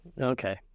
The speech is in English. Okay